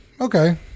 Okay